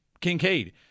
Kincaid